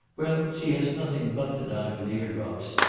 well, she has nothing but the diamond eardrops.